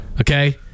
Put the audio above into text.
Okay